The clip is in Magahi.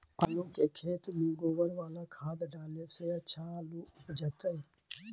आलु के खेत में गोबर बाला खाद डाले से अच्छा आलु उपजतै?